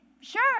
Sure